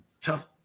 tough